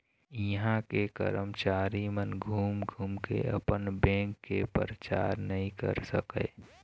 इहां के करमचारी मन घूम घूम के अपन बेंक के परचार नइ कर सकय